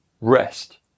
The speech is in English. rest